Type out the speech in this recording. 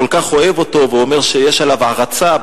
הוא כל כך אוהב אותו ואומר שיש עליו הערצה,